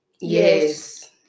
Yes